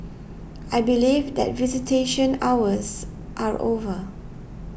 I believe that visitation hours are over